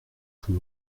plus